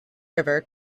river